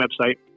website